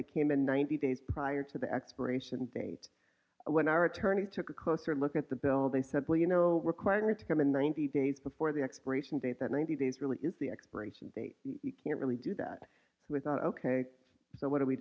they came in ninety days prior to the expiration date when our attorney took a closer look at the bill they said bill you know required to come in ninety days before the expiration date that ninety days really is the expiration date you can't really do that without ok so what do we